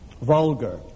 vulgar